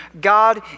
God